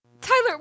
Tyler